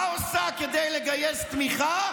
מה עושה כדי לגייס תמיכה?